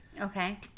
Okay